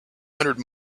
hundred